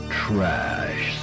trash